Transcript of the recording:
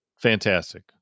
Fantastic